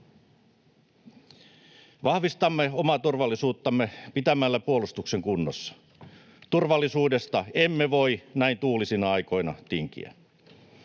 Vahvistamme omaa turvallisuuttamme pitämällä puolustuksen kunnossa. Turvallisuudesta emme voi näin tuulisina aikoina tinkiä.